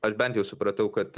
aš bent jau supratau kad